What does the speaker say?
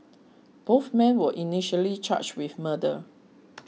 both men were initially charged with murder